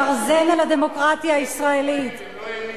גרזן על הדמוקרטיה הישראלית.